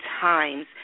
Times